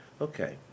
Okay